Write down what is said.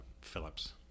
Phillips